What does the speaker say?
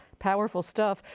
powerful stuff.